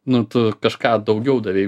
nu tu kažką daugiau davei